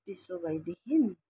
त्यसो भएदेखि